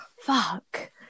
Fuck